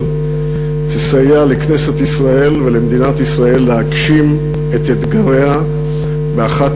תסייע לכנסת ישראל ולמדינת ישראל להגשים את אתגריה באחת